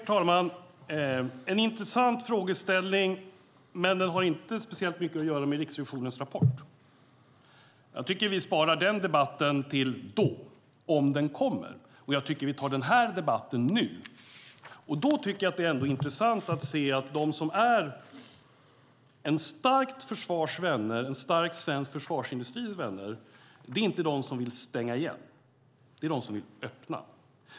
Herr talman! Det är en intressant fråga, men den har inte särskilt mycket med Riksrevisionens rapport att göra. Jag tycker att vi sparar den debatten till senare, om den kommer. Jag tycker att vi tar den här debatten nu. Det är intressant att de som är vänner av en stark svensk försvarsindustri inte är de som vill stänga igen; det är de som vill öppna.